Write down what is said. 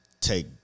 take